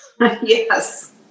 yes